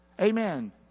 Amen